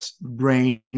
brain